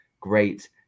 great